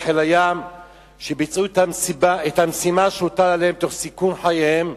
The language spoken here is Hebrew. את חיל הים שביצעו את המשימה שהוטלה עליהם תוך סיכון חייהם,